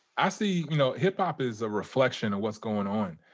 i so you know hip-hop is a reflection of what's going on.